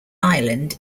island